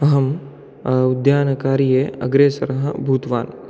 अहम् उद्यानकार्ये अग्रेसरः भूतवान्